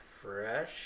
Fresh